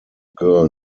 girl